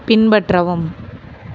பின்பற்றவும்